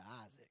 Isaac